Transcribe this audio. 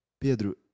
Pedro